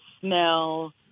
smell